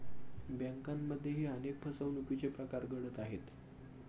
बँकांमध्येही अनेक फसवणुकीचे प्रकार घडत आहेत